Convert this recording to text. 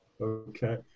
Okay